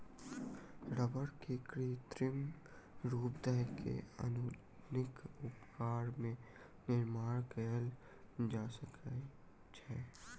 रबड़ के कृत्रिम रूप दय के आधुनिक उपकरण के निर्माण कयल जा सकै छै